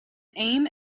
aim